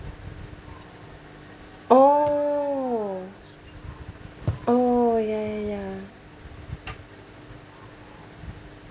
oh oh ya ya ya